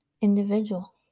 individual